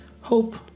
hope